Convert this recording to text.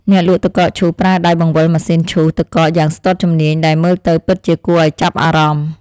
អ្នកលក់ទឹកកកឈូសប្រើដៃបង្វិលម៉ាស៊ីនឈូសទឹកកកយ៉ាងស្ទាត់ជំនាញដែលមើលទៅពិតជាគួរឱ្យចាប់អារម្មណ៍។